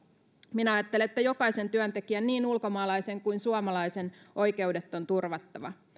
minä ajattelen että jokaisen työntekijän niin ulkomaalaisen kuin suomalaisen oikeudet on turvattava